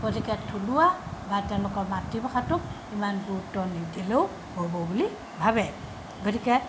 গতিকে থলুৱা বা তেওঁলোকৰ মাতৃভাষাটোক ইমান গুৰুত্ব নিদিলেও হ'ব বুলি ভাবে গতিকে